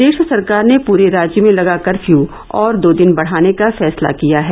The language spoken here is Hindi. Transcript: प्रदेश सरकार ने पूरे राज्य में लगा कर्फ्यू दो और दिन बढ़ाने का फैसला किया है